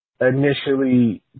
initially